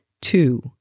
Two